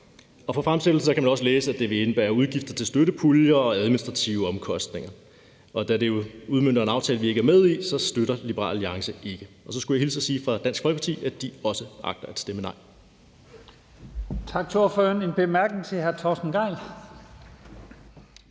I fremsættelsestalen kan man også læse, at det vil indebære udgifter til støttepuljer og administrative omkostninger. Og da det jo udmønter en aftale, vi ikke er med i, støtter Liberal Alliance ikke forslaget. Og så skulle jeg hilse fra Dansk Folkeparti og sige, at de også agter at stemme nej.